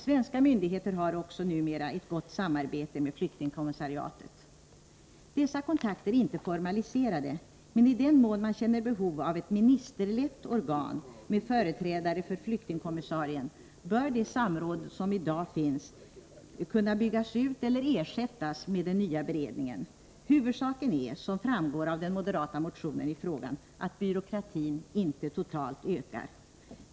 Svenska myndigheter har också — numera — ett gott samarbete med flyktingkommissariatet. Dessa kontakter är inte formaliserade, men i den mån man känner behov av ett ministerlett organ med företrädare för flyktingkommissarien bör de samrådsformer som i dag finns kunna byggas ut eller ersättas med den nya beredningen. Huvudsaken är, som framgår av den moderata motionen i frågan, att byråkratin inte totalt ökar.